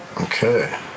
Okay